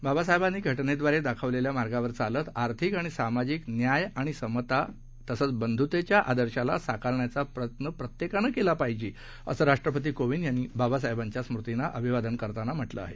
बाबासाहेबांनीघटनेद्वारेदाखवलेल्यामार्गावरचालतआर्थिकआणिसामाजिकन्याय समताआणिबंधुतेच्याआदर्शालासाकारण्याचाप्रयत्नप्रत्येकानंकेलापाहिजे असंराष्ट्रपतीकोविंदयांनीबाबासाहेबांच्यास्मृतींनाअभिवादनकरतानाम्हटलंआहे